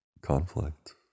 conflict